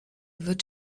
wird